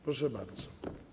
Proszę bardzo.